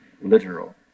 literal